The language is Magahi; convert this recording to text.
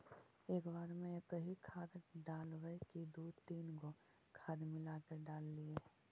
एक बार मे एकही खाद डालबय की दू तीन गो खाद मिला के डालीय?